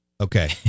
Okay